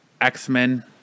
X-Men